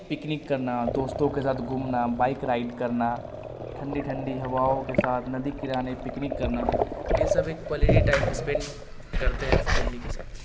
picnic کرنا دوستوں کے ساتھ گھومنا بائک رائڈ کرنا ٹھنڈی ٹھنڈی ہواؤں کے ساتھ ندی کنارے پکنک کرنا یہ سب ایک کوالٹی ٹائم اسپینڈ کرتے ہیں فیملی کے ساتھ